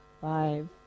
five